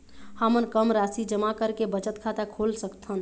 हमन कम राशि जमा करके बचत खाता खोल सकथन?